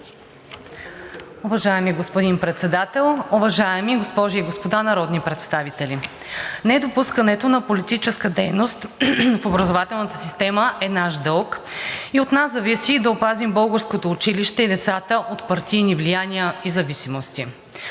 Уважаеми господин Председател, уважаеми госпожи и господа народни представители! Недопускането на политическа дейност в образователната система е наш дълг и от нас зависи да опазим българското училище и децата от партийни влияния и зависимости.